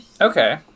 Okay